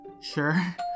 Sure